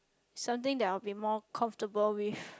something that I will be more comfortable with